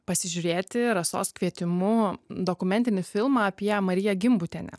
pasižiūrėti rasos kvietimu dokumentinį filmą apie mariją gimbutienę